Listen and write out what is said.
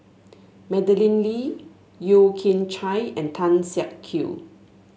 Madeleine Lee Yeo Kian Chye and Tan Siak Kew